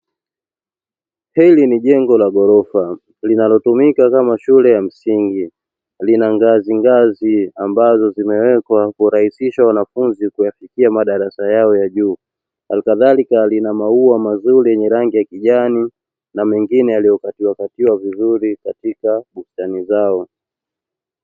Hili ni jengo la ghorofa linalotumika kama shule ya msingi, lina ngazingazi ambazo zimewekwa ili kuwasaidia wanafunzi kuyafikia madarasa yao ya juu, hali kadhalika lina maua mazuri ya rangi ya kijani na mengine yaliyokatiwakatiwa vizuri katoka bustani zao.